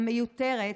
המיותרת,